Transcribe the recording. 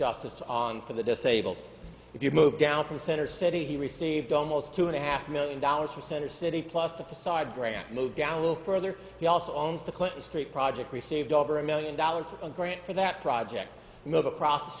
justice on for the disabled if you move down from center city he received almost two and a half million dollars for center city plus the facade grant moved down a little further he also owns the clinton street project received over a million dollars for a grant for that project move across the